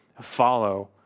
follow